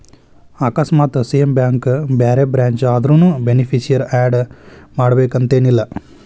ಆಕಸ್ಮಾತ್ same bank ಬ್ಯಾರೆ branch ಆದ್ರುನೂ ಬೆನಿಫಿಸಿಯರಿ ಆಡ್ ಮಾಡಬೇಕನ್ತೆನಿಲ್ಲಾ